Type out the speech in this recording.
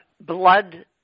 blood